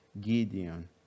Gideon